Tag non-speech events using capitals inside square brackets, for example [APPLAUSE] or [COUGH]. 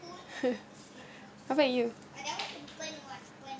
[LAUGHS] how about you